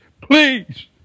please